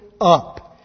up